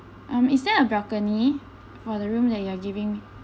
um is there a balcony for the room that you are giving